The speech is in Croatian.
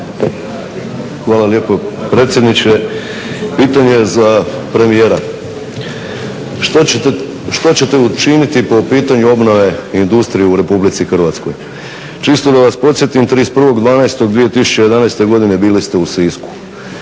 Hvala lijepo predsjedniče. Pitanje je za premijera. Što ćete učiniti po pitanju obnove industrije u Republici Hrvatskoj? Čisto da vas podsjetim 31.12.2011. godine bili ste u Sisku.